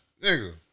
nigga